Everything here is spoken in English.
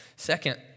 Second